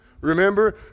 Remember